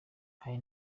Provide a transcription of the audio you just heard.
hari